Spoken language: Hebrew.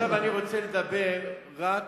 עכשיו אני רוצה לדבר רק